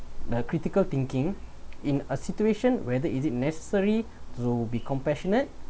the critical thinking in a situation whether is it necessary to be compassionate